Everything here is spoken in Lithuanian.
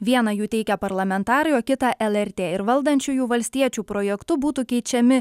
vieną jų teikia parlamentarai o kitą lrt ir valdančiųjų valstiečių projektu būtų keičiami